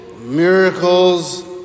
miracles